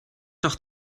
doch